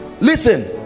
Listen